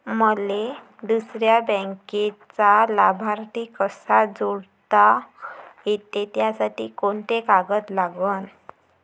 मले दुसऱ्या बँकेचा लाभार्थी कसा जोडता येते, त्यासाठी कोंते कागद लागन?